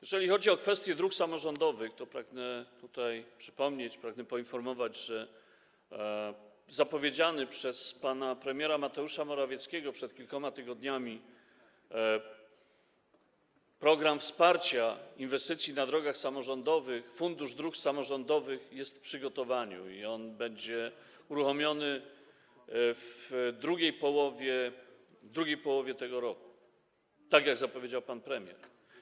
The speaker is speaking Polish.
Jeżeli chodzi o kwestię dróg samorządowych, to pragnę przypomnieć, poinformować, że zapowiedziany przez pana premiera Mateusza Morawieckiego przed kilkoma tygodniami program wsparcia inwestycji na drogach samorządowych, Fundusz Dróg Samorządowych, jest w przygotowaniu i będzie uruchomiony w drugiej połowie tego roku, tak jak zapowiedział pan premier.